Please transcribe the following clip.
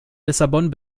lissabon